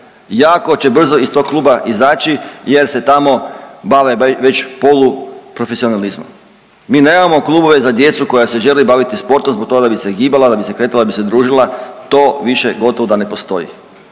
jako će brzo iz tog kluba izaći jer se tamo bave već polu profesionalizmom. Mi nemamo klubove za djecu koja se žele baviti sportom zbog toga da bi se gibala, da bi se kretala, da bi se družila, to više gotovo da ne postoji